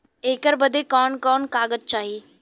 ऐकर बदे कवन कवन कागज चाही?